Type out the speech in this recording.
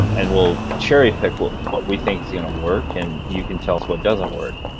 um and we'll cherry pick what what we think is going to work, and you can tell us what doesn't work.